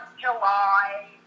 July